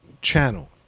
channel